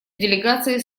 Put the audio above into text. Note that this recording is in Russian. делегации